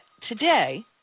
today